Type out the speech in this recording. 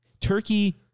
Turkey